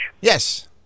Yes